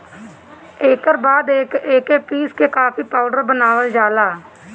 एकर बाद एके पीस के कॉफ़ी पाउडर बनावल जाला